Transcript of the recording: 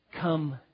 Come